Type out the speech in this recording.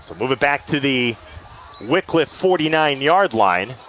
subdued but back to the liquid forty nine yard line